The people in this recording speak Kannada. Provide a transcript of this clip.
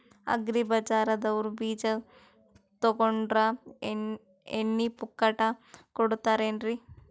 ಅಗ್ರಿ ಬಜಾರದವ್ರು ಬೀಜ ತೊಗೊಂಡ್ರ ಎಣ್ಣಿ ಪುಕ್ಕಟ ಕೋಡತಾರೆನ್ರಿ?